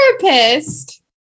therapist